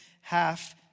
half